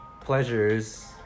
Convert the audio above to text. pleasures